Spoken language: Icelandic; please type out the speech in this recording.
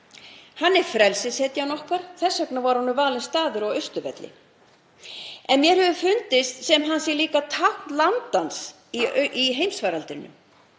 Hann er frelsishetjan okkar og þess vegna var honum valinn staður á Austurvelli. En mér hefur fundist sem hann sé líka tákn landans í heimsfaraldrinum.